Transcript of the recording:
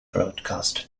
broadcast